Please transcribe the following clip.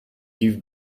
you’ve